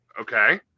okay